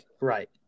right